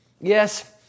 yes